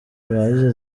bihagije